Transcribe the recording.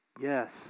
yes